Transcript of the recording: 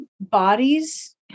bodies